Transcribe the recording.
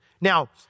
Now